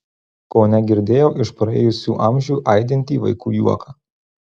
kone girdėjau iš praėjusių amžių aidintį vaikų juoką